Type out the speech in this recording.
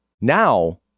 Now